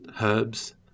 herbs